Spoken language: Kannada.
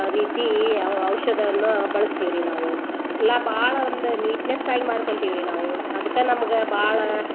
ರೀತಿ ಔಷಧವನ್ನು ಬಳಸ್ತೀವಿ ರೀ ನಾವು ಎಲ್ಲಾ ಭಾಳ ಒಂದು ನೀಟ್ನೆಸ್ನಾಗಿ ಮಾಡ್ಕೊಳ್ತೀವಿ ರೀ ನಾವು ಅದಕ್ಕೆ ನಮಗೆ ಭಾಳ